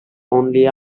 only